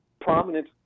prominent